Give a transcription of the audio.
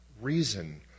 reason